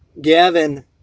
Gavin